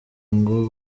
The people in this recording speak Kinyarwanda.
ngo